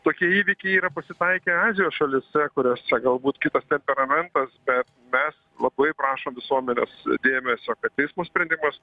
tokie įvykiai yra pasitaikę azijos šalyse kurios čia galbūt kitas temperamentas bet mes labai prašom visuomenės dėmesio kad teismo sprendimas